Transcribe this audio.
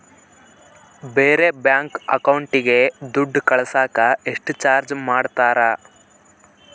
ಬೇರೆ ಬ್ಯಾಂಕ್ ಅಕೌಂಟಿಗೆ ದುಡ್ಡು ಕಳಸಾಕ ಎಷ್ಟು ಚಾರ್ಜ್ ಮಾಡತಾರ?